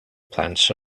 plants